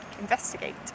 investigate